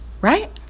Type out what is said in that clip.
right